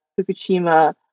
Fukushima